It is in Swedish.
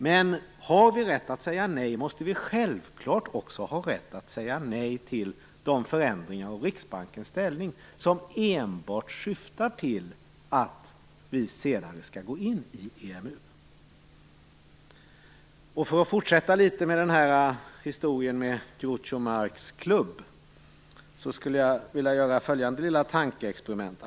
Men har vi rätt att säga nej, måste vi självklart också ha rätt att säga nej till de förändringar av Riksbankens ställning som enbart syftar till att vi senare skall gå in i EMU. För att fortsätta litet med historien om Groucho Marx klubb skulle jag vilja göra följande lilla tankeexperiment.